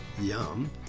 yum